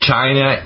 China